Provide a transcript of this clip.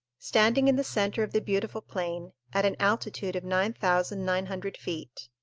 standing in the centre of the beautiful plain, at an altitude of nine thousand nine hundred feet.